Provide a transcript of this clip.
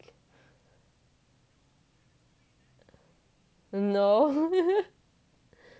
no